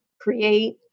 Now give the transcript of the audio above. create